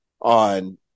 on